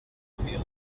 fil